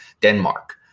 Denmark